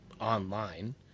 online